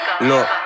look